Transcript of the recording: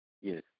Yes